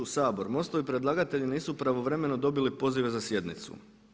Sabor, MOST-ovi predlagatelji nisu pravovremeno dobili pozive za sjednicu.